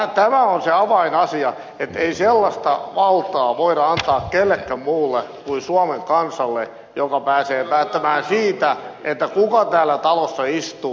tämä on se avainasia että ei sellaista valtaa voida antaa millekään muulle kuin suomen kansalle joka pääsee päättämään siitä kuka täällä talossa istuu